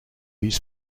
his